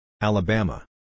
Alabama